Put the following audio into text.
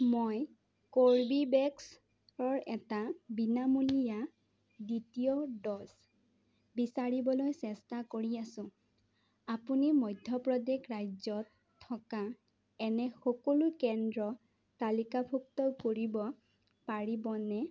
মই কৰ্বীভেক্সৰ এটা বিনামূলীয়া দ্বিতীয় ড'জ বিচাৰিবলৈ চেষ্টা কৰি আছোঁ আপুনি মধ্যপ্ৰদেশ ৰাজ্যত থকা এনে সকলো কেন্দ্ৰ তালিকাভুক্ত কৰিব পাৰিবনে